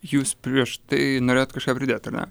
jūs prieš tai norėjot kažką pridėt ar ne